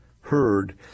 heard